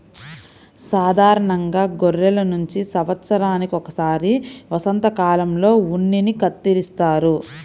సాధారణంగా గొర్రెల నుంచి సంవత్సరానికి ఒకసారి వసంతకాలంలో ఉన్నిని కత్తిరిస్తారు